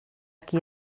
qui